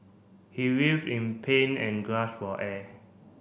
he writhed in pain and gasped for air